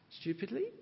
stupidly